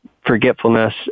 Forgetfulness